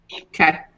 Okay